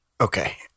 Okay